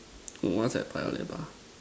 what's at Paya-Lebar